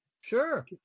Sure